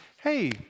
Hey